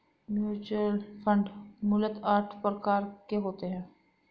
mutual fund मूलतः आठ प्रकार के होते हैं